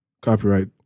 copyright